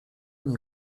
nie